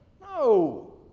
No